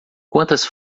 quantas